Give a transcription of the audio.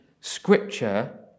Scripture